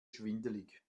schwindelig